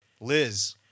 Liz